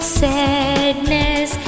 sadness